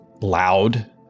loud